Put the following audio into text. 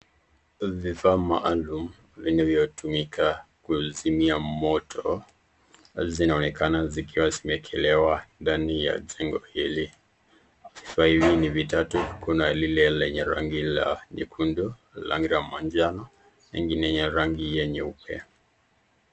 Vifaa maalum vinavyotumika kuzimia moto zinaonekana zikiwa zimeekelewa ndani ya jengo hili vifaa hivi ni vitatu kuna lile lenye rangi la nyekundu , rangi la majano na ingine yenye rangi nyeupe.